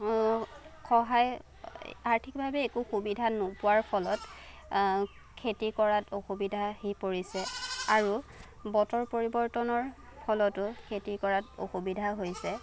সহায় আৰ্থিকভাৱে একো সুবিধা নোপোৱাৰ ফলত খেতি কৰাত অসুবিধা আহি পৰিছে আৰু বতৰ পৰিৱৰ্তনৰ ফলতো খেতি কৰাত অসুবিধা হৈছে